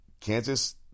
Kansas